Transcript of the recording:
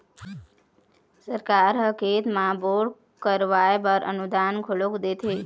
सरकार ह खेत म बोर करवाय बर अनुदान घलोक देथे